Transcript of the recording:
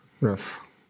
rough